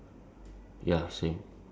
two red and two blue